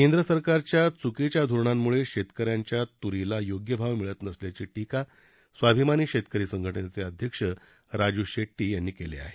केंद्र सरकारच्या चुकीच्या धोरणामुळं शेतकऱ्यांच्या तुरीला योग्य भाव मिळत नसल्याची टीका स्वाभिमानी शेतकरी संघटनेचे अध्यक्ष राजू शेट्टी यांनी केली आहे